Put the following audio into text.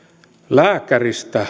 lääkäristä